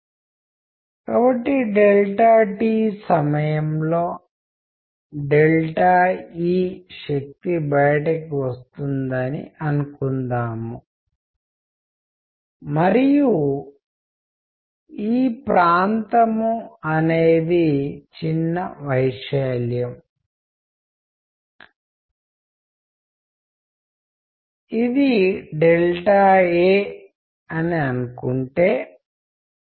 ఎందుకంటే రోజువారీ సామాజిక ప్రవర్తనలో మనం తరచుగా మనం కోరుకోని విషయాలను కమ్యూనికేట్ చేస్తాము మనము ఉద్దేశించము లేదా మనం తప్పుగా అర్థం చేసుకున్నాము లేదా మనం తప్పుగా కమ్యూనికేట్ చేస్తాము మరియు అందుకే దీనిని మనము కమ్యూనికేషన్ యొక్క ముఖ్యమైన అంశం పరిగణిస్తాము